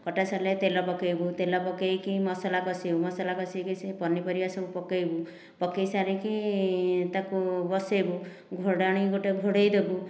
କଟା ସରିଲେ ତେଲ ପକାଇବୁ ତେଲ ପକାଇକି ମସଲା କଷିବୁ ମସଲା କଷି କଷି ପନିପରିବା ସବୁ ପକାଇବୁ ପକାଇ ସାରିକି ତାକୁ ବସାଇବୁ ଘୋଡ଼ାଣୀ ଗୋଟିଏ ଘୋଡ଼ାଇ ଦେବୁ